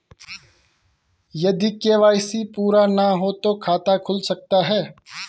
यदि के.वाई.सी पूरी ना हो तो खाता खुल सकता है?